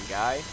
guy